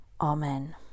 Amen